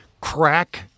crack